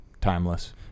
timeless